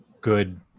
good